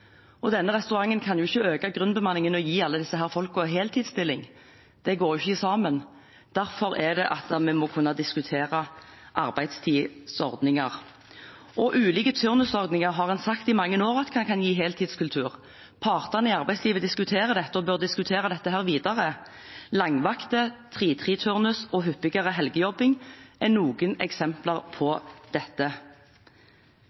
Denne restauranten kan jo ikke øke grunnbemanningen og gi alle disse folkene heltidsstilling – det går ikke sammen. Derfor må vi kunne diskutere arbeidstidsordninger. Ulike turnusordninger har en i mange år sagt kan gi heltidskultur. Partene i arbeidslivet diskuterer dette og bør diskutere dette videre – langvakter, 3–3-turnus og hyppigere helgejobbing er noen eksempler på